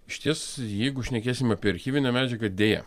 išties jeigu šnekėsim apie archyvinę medžiagą deja